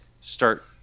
start